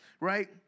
right